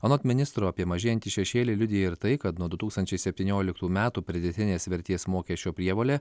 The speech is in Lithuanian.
anot ministro apie mažėjantį šešėlį liudija ir tai kad nuo du tūkstančiai septynioliktų metų pridėtinės vertės mokesčio prievolė